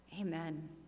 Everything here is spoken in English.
Amen